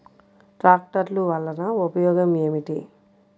ట్రాక్టర్లు వల్లన ఉపయోగం ఏమిటీ?